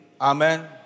Amen